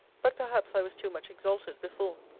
but perhaps i was too much exalted before.